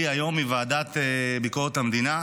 היום מהוועדה לענייני ביקורת המדינה.